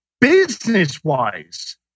Business-wise